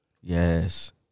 yes